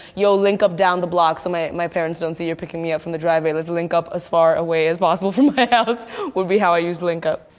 yo link up down the block so my my parents don't see you're picking me up from the driveway. let's link up as far away as possible from my house would be how i use link up.